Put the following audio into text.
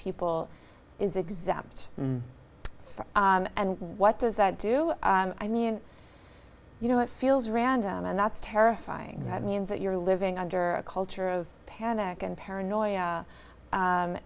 people is exempt from and what does that do i mean you know it feels random and that's terrifying have means that you're living under a culture of panic and paranoia